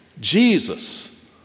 Jesus